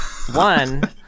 One